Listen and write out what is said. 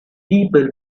people